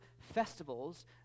festivals